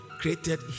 created